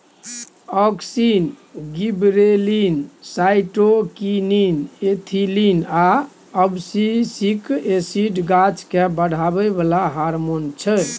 auxin, gibberellin, cytokinin, ethylene आ abscisic acid गाछकेँ बढ़ाबै बला हारमोन छै